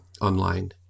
online